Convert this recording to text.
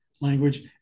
language